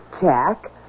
Jack